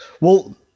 Well-